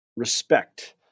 respect